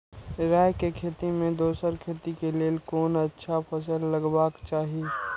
राय के खेती मे दोसर खेती के लेल कोन अच्छा फसल लगवाक चाहिँ?